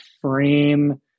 frame